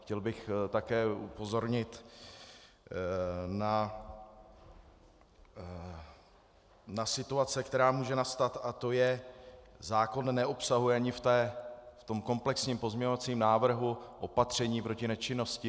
Chtěl bych také upozornit na situaci, která může nastat, a to je: Zákon neobsahuje ani v tom komplexním pozměňovacím návrhu opatření proti nečinnosti.